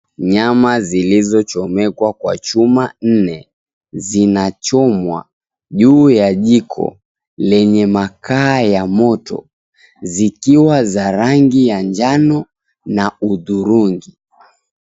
Nyama zilizochomekwa kwa chuma nne, zinachomwa, juu ya jiko lenye makaa ya moto, zikiwa za rangi ya njano na hudhurungi.